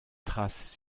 trace